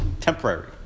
temporary